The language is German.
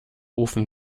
ofen